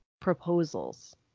proposals